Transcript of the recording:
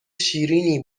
شیریننی